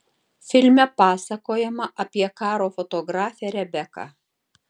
filme pasakojama apie karo fotografę rebeką